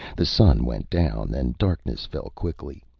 the sun went down and darkness fell quickly.